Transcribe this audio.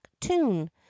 tune